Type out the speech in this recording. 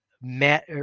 Matt